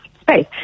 space